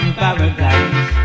paradise